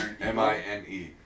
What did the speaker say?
M-I-N-E